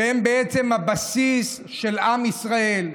שהם הבסיס של עם ישראל,